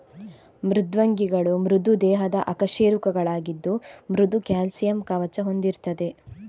ಮೃದ್ವಂಗಿಗಳು ಮೃದು ದೇಹದ ಅಕಶೇರುಕಗಳಾಗಿದ್ದು ಮೃದು ಕ್ಯಾಲ್ಸಿಯಂ ಕವಚ ಹೊಂದಿರ್ತದೆ